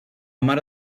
mare